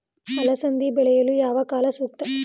ಅಲಸಂದಿ ಬೆಳೆಯಲು ಯಾವ ಕಾಲ ಸೂಕ್ತ?